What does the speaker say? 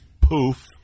poof